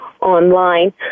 online